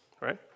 right